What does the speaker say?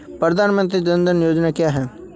प्रधानमंत्री जन धन योजना क्या है?